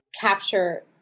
capture